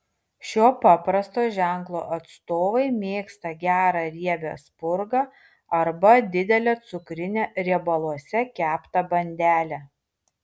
šio paprasto ženklo atstovai mėgsta gerą riebią spurgą arba didelę cukrinę riebaluose keptą bandelę